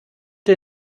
dir